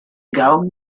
ago